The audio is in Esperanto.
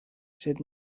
sed